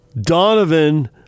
Donovan